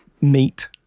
meet